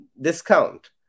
discount